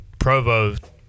provo